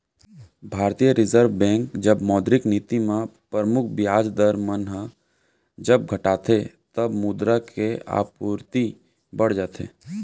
भारतीय reserve bank जब मौद्रिक नीति म परमुख बियाज दर मन ह जब घटाथे तब मुद्रा के आपूरति बड़ जाथे